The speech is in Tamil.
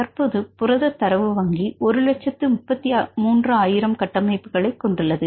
தற்போது புரத தரவு வங்கி ஒரு லட்சத்து 33 ஆயிரம் கட்டமைப்புகளைக் கொண்டுள்ளது